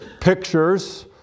pictures